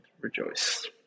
rejoice